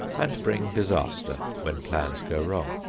and bring disaster when plans go wrong.